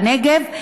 בנגב,